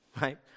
right